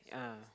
ah